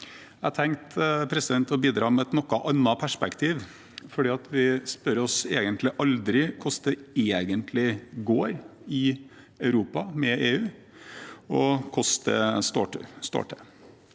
Jeg tenkte å bidra med et litt annet perspektiv, for vi spør oss egentlig aldri hvordan det egentlig går i Europa, med EU, og hvordan det står til.